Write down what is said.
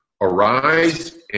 Arise